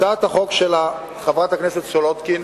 הצעת החוק של חברת הכנסת סולודקין